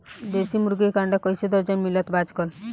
देशी मुर्गी के अंडा कइसे दर्जन मिलत बा आज कल?